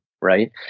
Right